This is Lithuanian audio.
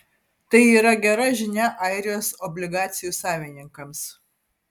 tai yra gera žinia airijos obligacijų savininkams